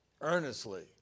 Earnestly